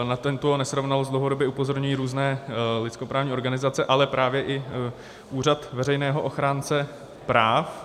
Na tuto nesrovnalost dlouhodobě upozorňují různé lidskoprávní organizace, ale právě i Úřad veřejného ochránce práv.